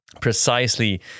precisely